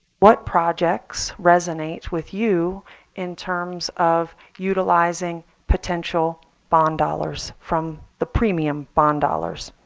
what projects resonate with you in terms of utilizing potential bond dollars from the premium bond dollars?